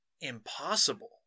impossible